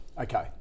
Okay